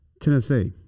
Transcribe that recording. Tennessee